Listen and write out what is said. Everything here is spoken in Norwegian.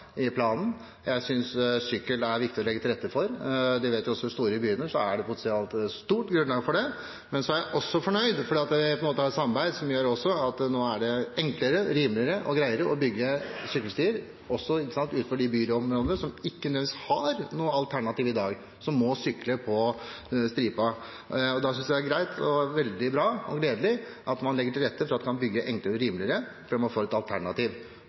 i planen. Jeg synes sykkel er viktig å legge til rette for. Vi vet jo at i de store byene er potensialet stort for det, men jeg er også fornøyd med at vi har et samarbeid som gjør at det nå er enklere, rimeligere og greiere å bygge sykkelstier også utenfor de byområdene som ikke nødvendigvis har noe alternativ i dag, og der man må sykle på stripa. Da synes jeg det er greit, og veldig bra og gledelig, at man legger til rette for å bygge enklere og rimeligere, slik at man får et alternativ.